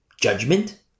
judgment